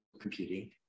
computing